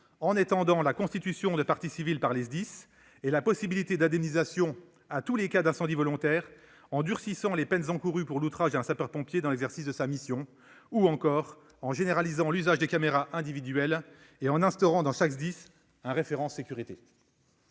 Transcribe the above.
en étendant la constitution de partie civile par les SDIS et la possibilité d'indemnisation à tous les cas d'incendies volontaires, en durcissant les peines encourues pour outrage à un sapeur-pompier dans l'exercice de sa mission ou, encore, en généralisant l'usage des caméras individuelles et en instaurant dans chaque SDIS un référent « sécurité